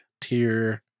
tier